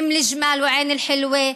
אום אל-ג'מאל ועין אל-חילווה,